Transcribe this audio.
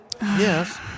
Yes